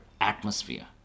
atmosphere